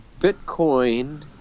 Bitcoin